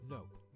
Nope